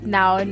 now